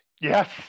Yes